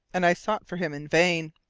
and i sought for him in vain.